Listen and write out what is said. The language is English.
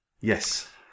Yes